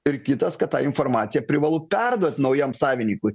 ir kitas kad tą informaciją privalu perduot naujam savininkui